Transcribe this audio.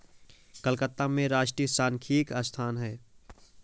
कलकत्ता में राष्ट्रीय सांख्यिकी संस्थान है